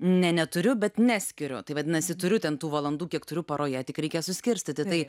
ne neturiu bet neskiriu tai vadinasi turiu ten tų valandų kiek turiu paroje tik reikia suskirstyti tai